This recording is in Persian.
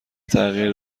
تغییر